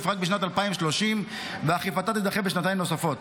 רק בשנת 2030 ואכיפתה תידחה בשנתיים נוספות.